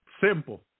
Simple